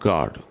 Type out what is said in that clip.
God